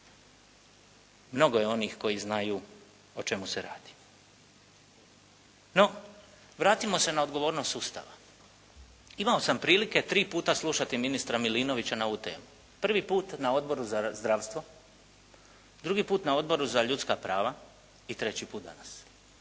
Mnogo je onih koji znaju o čemu se radi. No vratimo se na odgovornost sustava. Imao sam prilike tri puta slušati ministra Milinovića na ovu temu. Prvi put na Odboru za zdravstvo, drugi put na Odboru za ljudska prava i treći put danas.